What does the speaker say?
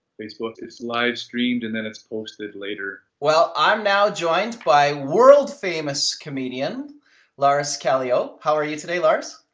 facebook. it's live streamed and then it's posted later. well, i'm now joined by world famous comedian lars callieou. how are you today, lars?